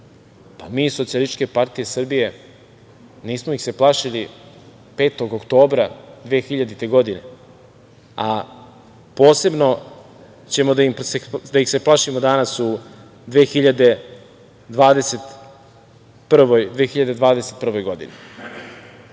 Pa, mi iz Socijalističke partije Srbije nismo ih se plašili 5. oktobra 2000. godine, a posebno ćemo da ih se plašimo danas u 2021. godini. Dakle,